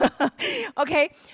Okay